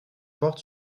portent